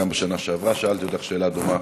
גם בשנה שעברה שאלתי אותך שאלה דומה.